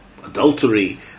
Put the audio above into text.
adultery